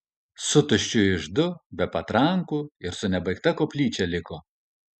su tuščiu iždu be patrankų ir su nebaigta koplyčia liko